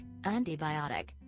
antibiotic